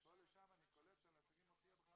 מפה לשם אני קולט שעל הצגים מופיע בכלל